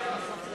ההצבעה,